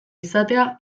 izatea